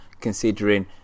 considering